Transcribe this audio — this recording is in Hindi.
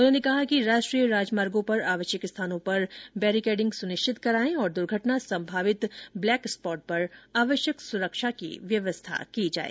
उन्होंने कहा कि राष्ट्रीय राजमार्गों पर आवश्यक स्थानों पर बेरीकेडिंग सुनिश्चित कराएं तथा दुर्घटना संभावित ब्लैक स्पॉट पर आवश्यक सुरक्षा की व्यवस्था की जाए